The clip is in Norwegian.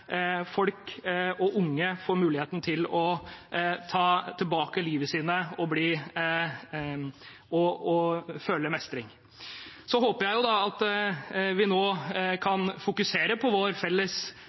folk og unge får muligheten til å ta tilbake livet sitt og føle mestring. Jeg håper at vi nå